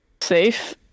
safe